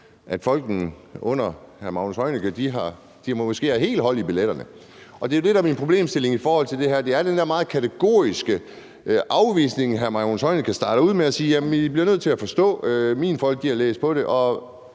at folkene under miljøministeren har helt hold i billetterne. Og det er det, der er min problemstilling i forhold til det her, altså den der meget kategoriske afvisning. Miljøministeren starter med at sige: Jamen I bliver nødt til at forstå, at mine folk har læst på det,